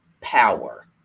power